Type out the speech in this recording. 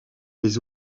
les